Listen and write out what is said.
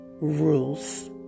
rules